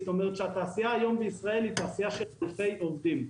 זאת אומרת שהתעשייה היום בישראל היא תעשייה של אלפי עובדים.